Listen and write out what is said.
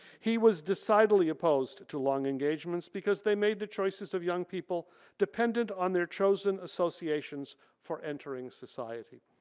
he was decidedly opposed to long engagements because they made the choices of young people dependent on their chosen associations for entering society.